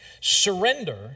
Surrender